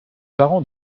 parents